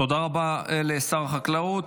תודה רבה לשר החקלאות.